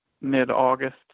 mid-August